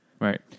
Right